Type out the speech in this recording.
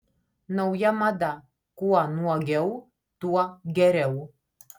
nauja mada kuo nuogiau tuo geriau